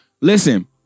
Listen